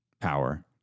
power